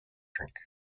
drink